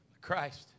Christ